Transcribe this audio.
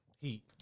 heat